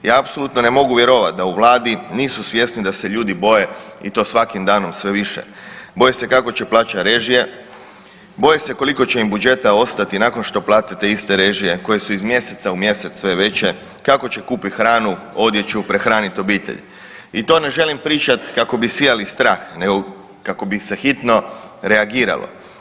I ja apsolutno ne mogu vjerovat da u vladi nisu svjesni da se ljudi boje i to svakim danom sve više, boje se kako će plaćat režije, boje se koliko će im budžeta ostati nakon što plate te iste režije koje su iz mjeseca u mjesec sve veće, kako će kupit hranu, odjeću, prehranit obitelj i to ne želim pričat kako bi sijali strah nego kako bi se hitno reagiralo.